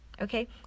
Okay